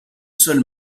seul